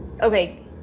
okay